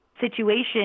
situation